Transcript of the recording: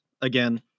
again